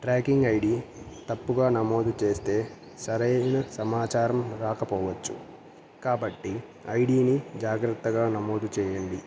tracking ID తప్పుగా నమోదు చేస్తే సరైన సమాచారం రాకపోవచ్చు కాబట్టి ఐడీని జాగ్రత్తగా నమోదు చేయండి